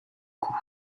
coup